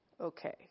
Okay